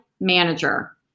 manager